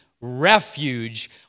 refuge